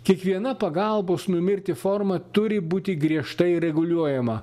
kiekviena pagalbos numirti forma turi būti griežtai reguliuojama